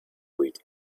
wheat